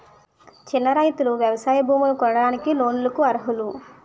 చిన్న రైతులు వ్యవసాయ భూములు కొనడానికి లోన్ లకు అర్హులా?